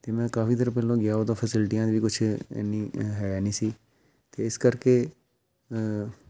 ਅਤੇ ਮੈਂ ਕਾਫੀ ਦੇਰ ਪਹਿਲਾਂ ਗਿਆ ਉਦੋਂ ਫੈਸਿਲਟੀਆਂ ਵੀ ਕੁਛ ਇੰਨੀ ਹੈ ਨਹੀਂ ਸੀ ਅਤੇ ਇਸ ਕਰਕੇ